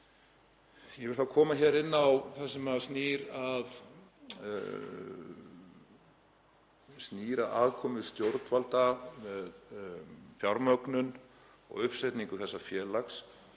Ég vil þá koma inn á það sem snýr að aðkomu stjórnvalda, fjármögnun og uppsetningu þessa félags